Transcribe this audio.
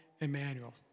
Emmanuel